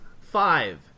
Five